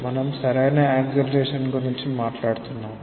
మనం సరైన యాక్సెలేరేషన్ గురించి మాట్లాడుతున్నాము